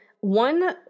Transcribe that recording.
one